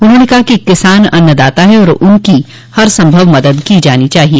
उन्होंने कहा कि किसान अन्नदाता है और उनकी हर संभव मदद की जानी चाहिए